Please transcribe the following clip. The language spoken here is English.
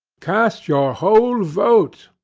cast your whole vote,